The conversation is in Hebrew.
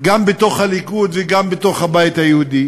גם בתוך הליכוד וגם בתוך הבית היהודי.